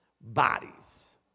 bodies